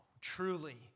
truly